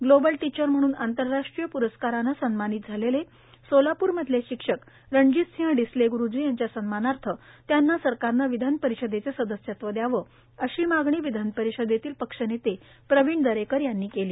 global teacher म्हणून आंतरराष्ट्रीय पुरस्कारानं सन्मानित झालेले सोलापूरमधले शिक्षक रणजितसिंह डिसले गुरूजी यांच्या सन्मानार्थ त्यांना सरकारनं विधान परिषदेचं सदस्यत्व चावं अशी मागणी विधानपरिषदेतील पक्षनेते प्रवीण दरेकर यांनी केली